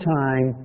time